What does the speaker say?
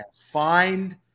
Find